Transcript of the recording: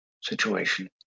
situation